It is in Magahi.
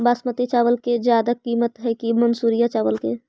बासमती चावल के ज्यादा किमत है कि मनसुरिया चावल के?